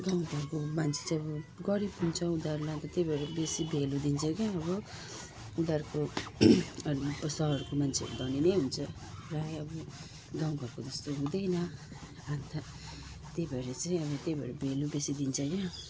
गाउँ घरको मान्छे चाहिँ अब गरिब हुन्छ उनीहरू अब त्यही भएर बेसी भेल्यु दिन्छ के अब उनीहरूको सहरको मान्छेहरू धनी हुन्छ प्रायः अब गाउँ घरको मानिस जस्तो हुँदैन अन्त त्यही भएर चाहिँ अब त्यही भएर भेल्यु बेसी दिन्छ क्या हो